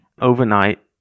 overnight